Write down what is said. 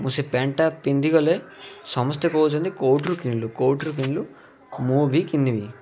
ମୁଁ ସେ ପ୍ୟାଣ୍ଟ୍ଟା ପିନ୍ଧିଗଲେ ସମସ୍ତେ କହୁଛନ୍ତି କେଉଁଠୁ ରୁ କିଣିଲୁ କେଉଁଠୁ ରୁ କିଣିଲୁ ମୁଁ ବି କିଣିନେବି